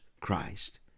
Christ